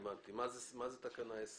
מה זה תקנה 10?